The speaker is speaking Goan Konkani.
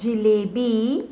जिलेबी